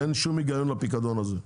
אין שום היגיון בפיקדון הזה.